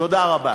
תודה רבה.